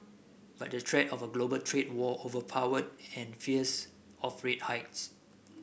but the threat of a global trade war overpowered any fears of rate hikes